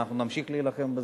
ואנחנו נמשיך להילחם בזה,